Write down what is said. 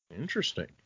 Interesting